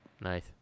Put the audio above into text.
Nice